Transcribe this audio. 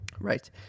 Right